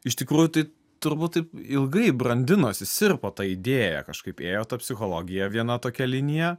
iš tikrųjų tai turbūt taip ilgai brandinosi sirpo ta idėja kažkaip ėjo ta psichologija viena tokia linija